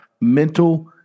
Mental